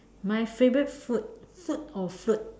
my favorite food food or fruit